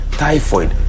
typhoid